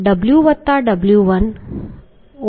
bsww1 t હશે